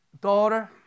Daughter